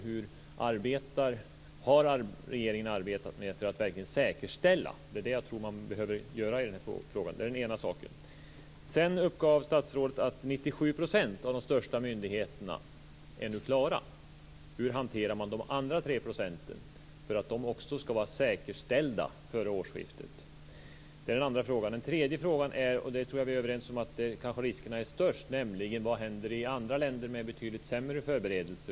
Hur har regeringen arbetat för att verkligen säkerställa systemen? Det är det jag tror att man behöver veta i denna fråga. Det är den ena saken. Sedan uppgav statsrådet att 97 % av de största myndigheterna nu är klara. Hur hanterar man de andra tre procenten, så att deras system också är säkerställda före årsskiftet? Det är den andra frågan. Den tredje frågan gäller det område där jag tror att vi är överens om att riskerna är störst, nämligen vad som händer i andra länder med betydligt sämre förberedelser.